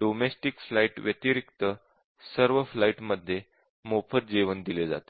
domestic flight व्यतिरिक्त सर्व flight मध्ये मोफत जेवण दिले जाते